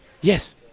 Yes